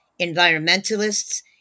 environmentalists